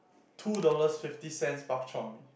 two dollars fifty cents bak-chor-mee